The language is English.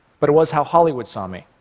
but it was how hollywood saw me,